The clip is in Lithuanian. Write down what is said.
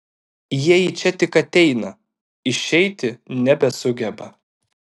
jie į čia tik ateina išeiti nebesugeba